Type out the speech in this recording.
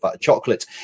chocolate